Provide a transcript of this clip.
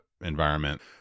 environment